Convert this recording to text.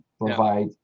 provide